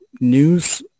news